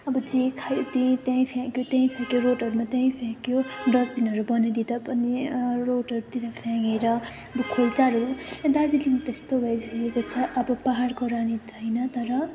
अब जे खायो त्यही फ्याँक्यो त्यहीँ फ्याँकेर रोडहरूमा त्यहीँ फ्याँक्यो डस्टबिनहरू बनाइदिँदा पनि रोडहरूतिर फ्याँकेर दार्जिलिङ त्यस्तो भइसकेको छ अब पाहाडको रानी त होइन तर